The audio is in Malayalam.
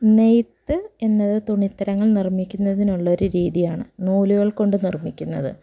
നെയ്ത്ത് എന്നത് തുണിത്തരങ്ങൾ നിർമ്മിക്കുന്നതിനുള്ളൊരു രീതിയാണ് നൂലുകൾ കൊണ്ട് നിർമ്മിക്കുന്നത്